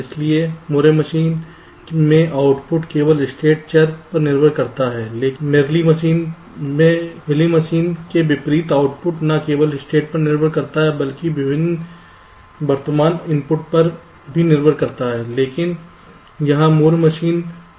इसलिए Moore machine में output केवल स्टेट चर पर निर्भर करता है लेकिन मेयली मशीन के विपरीत आउटपुट न केवल स्टेट पर निर्भर करता है बल्कि वर्तमान इनपुट पर भी निर्भर करता है लेकिन यहां मूर मशीन पर ध्यान केंद्रित करते हैं